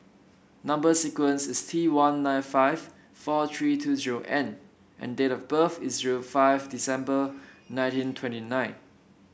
number sequence is T one nine five four three two zero N and date of birth is zero five December nineteen twenty nine